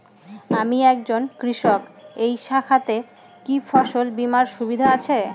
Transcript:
আমি একজন কৃষক এই শাখাতে কি ফসল বীমার সুবিধা আছে?